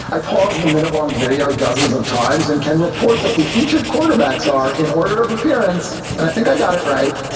i paused the minute long video dozens of times and can report that the featured quarterbacks are in order of appearance. and i think i got it right.